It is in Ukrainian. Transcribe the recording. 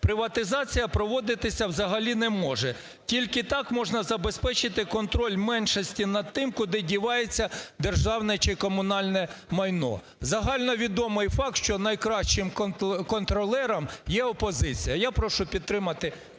приватизація проводитися взагалі не може. Тільки так можна забезпечити контроль меншості над тим, куди дівається державне чи комунальне майно. Загально відомий факт, що найкращим контролером є опозиція. Я прошу підтримати